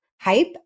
hype